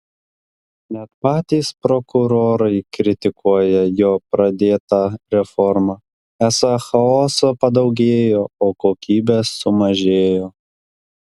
net patys prokurorai kritikuoja jo pradėtą reformą esą chaoso padaugėjo o kokybės sumažėjo